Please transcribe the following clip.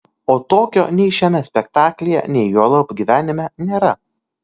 o tokio nei šiame spektaklyje nei juolab gyvenime nėra